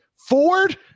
ford